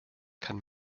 kann